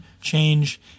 change